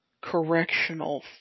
Correctional